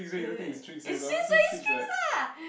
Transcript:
eh wait wait is so so it's Trix ah